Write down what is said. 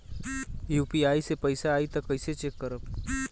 UPI से पैसा आई त कइसे चेक खरब?